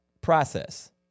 process